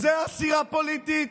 זו אסירה פוליטית?